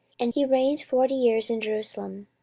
and he reigned forty years in jerusalem.